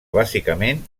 bàsicament